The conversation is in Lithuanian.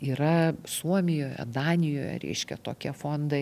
yra suomijoje danijoje reiškia tokie fondai